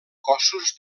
cossos